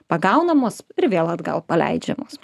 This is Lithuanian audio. pagaunamos ir vėl atgal paleidžiamos